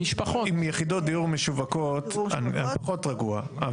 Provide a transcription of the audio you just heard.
עם יחידות דיור משווקות אני פחות רגוע.